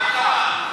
מה קרה?